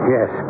Yes